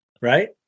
right